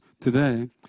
today